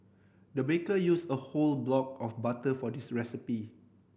the baker used a whole block of butter for this recipe